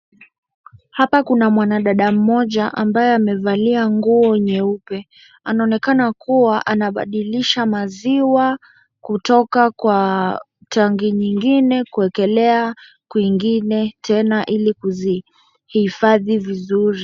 Hapa kuna mwana dada mmoja ambaye amevalia nguo nyeupe, anaonekana kuwa anabadilisha maziwa kutoka kwa tangi nyingine kuwekelea kwingine tena ili kuzihifadhi vizuri.